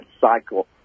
cycle